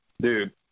dude